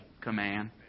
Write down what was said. command